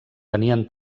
tenien